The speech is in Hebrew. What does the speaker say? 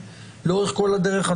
לאורך כל הדרך,